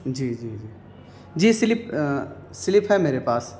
جی جی جی جی سلپ سلپ ہے میرے پاس